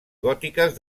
gòtiques